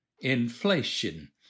inflation